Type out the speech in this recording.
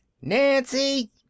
Nancy